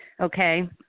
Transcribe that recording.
Okay